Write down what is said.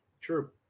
True